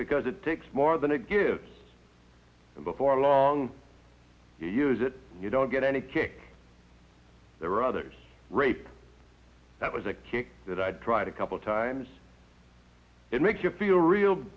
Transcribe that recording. because it takes more than it gives and before long you use it you don't get any kick there are others rape that was a kick that i'd try to couple times it makes you feel real